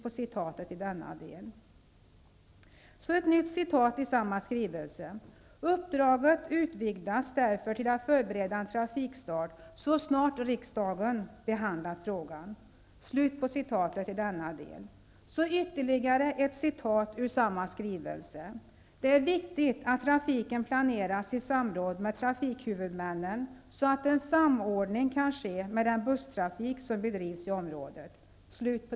I samma skrivelse sägs det också: ''Uppdraget utvidgas därför till att förbereda en trafikstart så snart riksdagen behandlat frågan.'' Vidare sägs det i skrivelsen: ''Det är viktigt att trafiken planeras i samråd med trafikhuvudmännen så att en samordning kan ske med den busstrafik som bedrivs i området.''